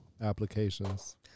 applications